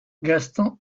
gaston